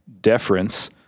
deference